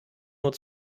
nur